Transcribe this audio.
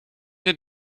dit